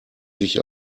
sich